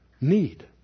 need